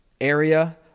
area